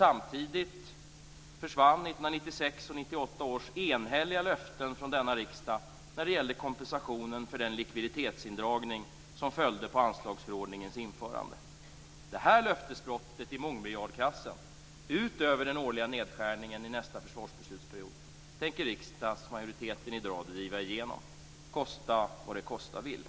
Samtidigt försvan 1996 och 1998 års enhälliga löften från riksdagen när det gällde kompensationen för den likviditetsindragning som följde på anslagsförordningens införande. Detta löftesbrott i mångmiljardklassen - utöver den årliga nedskärningen i nästa försvarsbeslutsperiod - tänker riksdagsmajoriteten i dag driva igenom, kosta vad det kosta vill.